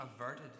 averted